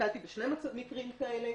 נתקלתי בשני מקרים כאלה,